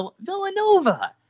Villanova